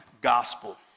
Gospel